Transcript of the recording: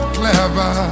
clever